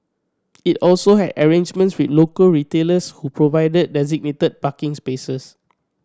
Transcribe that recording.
it also had arrangements with local retailers who provided designated parking spaces